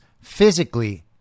physically